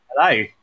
hello